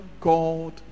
God